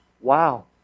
wow